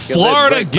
Florida